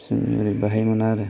जों ओरै बेहाय मोना आरो